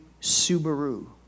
Subaru